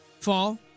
fall